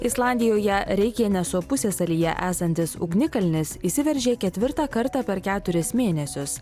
islandijoje reikjaneso pusiasalyje esantis ugnikalnis išsiveržė ketvirtą kartą per keturis mėnesius